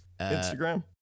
Instagram